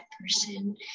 person